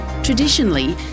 Traditionally